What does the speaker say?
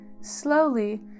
Slowly